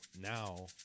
now